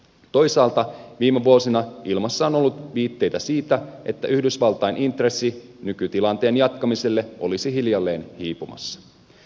toisaalta viime vuosina ilmassa on ollut viitteitä siitä että yhdysvaltain intressi nykytilanteen jatkamiselle olisi hiljalleen hiipumassa